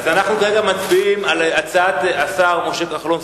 אז אנחנו כרגע מצביעים על הצעת השר משה כחלון,